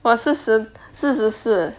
我四十四十四